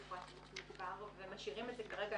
פרט אימות מוגבר ומשאירים את זה כרגע